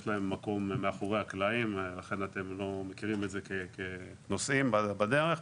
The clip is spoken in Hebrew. יש להם מקום מאחורי הקלעים לכן אתם לא מכירים את זה כנוסעים בדרך.